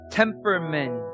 temperament